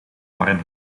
warm